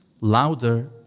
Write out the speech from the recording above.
louder